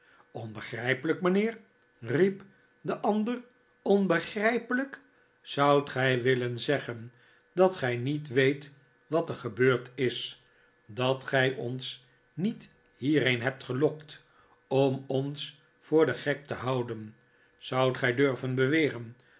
onbegrijpelijk mijnheer riep de ander onbegrijpelijk zoudt gij willen zeggen dat gij niet weet wat er gebeurd is dat gij ons niet hierheen hebt gelokt om ons voor den gek te houden zoudt gij dutven